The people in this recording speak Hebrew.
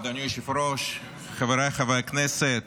אדוני היושב-ראש, חבריי חברי הכנסת,